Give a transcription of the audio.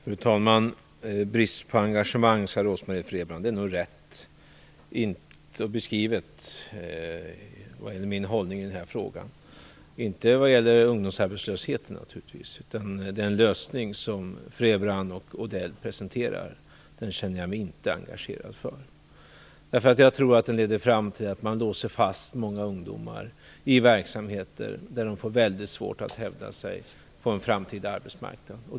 Fru talman! Brist på engagemang, sade Rose Marie Frebran. Det är nog rätt beskrivet vad gäller min hållning i den här frågan, men naturligtvis inte när det gäller ungdomsarbetslösheten. Men den lösning som Frebran och Odell presenterar känner jag mig emellertid inte engagerad i. Jag tror nämligen att den leder fram till att man låser fast många ungdomar i verksamheter där de får väldigt svårt att hävda sig på en framtida arbetsmarknad.